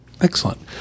Excellent